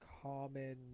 common